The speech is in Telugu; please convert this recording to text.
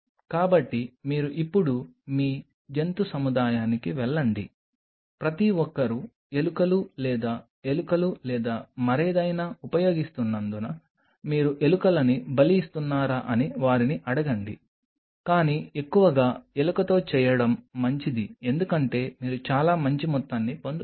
కాబట్టి మీరు ఇప్పుడు మీ జంతు సముదాయానికి వెళ్లండి ప్రతి ఒక్కరూ ఎలుకలు లేదా ఎలుకలు లేదా మరేదైనా ఉపయోగిస్తున్నందున మీరు ఎలుకలను బలి ఇస్తున్నారా అని వారిని అడగండి కానీ ఎక్కువగా ఎలుకతో చేయడం మంచిది ఎందుకంటే మీరు చాలా మంచి మొత్తాన్ని పొందుతారు